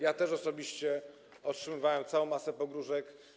Ja też osobiście otrzymywałem całą masę pogróżek.